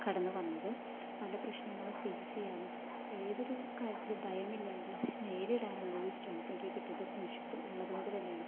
കടന്ന് വന്നത് പല പ്രശ്നങ്ങളും ഫെയ്സ് ചെയ്യാനും ഏതൊരു കാര്യത്തിലും ഭയമില്ലാണ്ട് നേരിടാനും ഉള്ളൊരു സ്ട്രെങ്ന്ത് എനിക്ക് കിട്ടിയത് ഫ്രണ്ട്ഷിപ് ഉള്ളത് കൊണ്ട് തന്നെയാണ്